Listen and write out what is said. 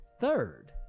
third